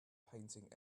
painting